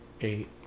eight